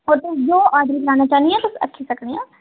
जो ऑर्डर तुस करना चाह्नीं आं तुस आक्खी सकनी आं